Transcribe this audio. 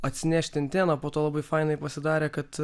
atsinešti anteną po to labai fainai pasidarė kad